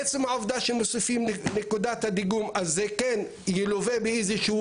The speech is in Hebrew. עצם העובדה שמוסיפים נקודת דיגום זה כן ילווה באיזשהו